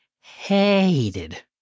hated